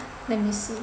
let me see